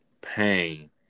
pain